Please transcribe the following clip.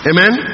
Amen